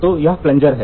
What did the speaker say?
तो यह प्लनजर है